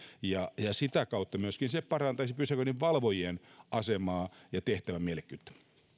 ja ymmärrettäviä sitä kautta myöskin se parantaisi pysäköinninvalvojien asemaa ja tehtävän mielekkyyttä